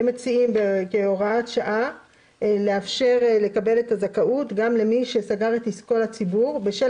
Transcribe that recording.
הם מציעים לאפשר לקבל את הזכאות גם למי שסגר את עסקו לציבור בשל